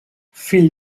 fill